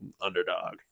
underdog